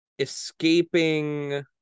Escaping